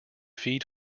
feed